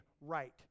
right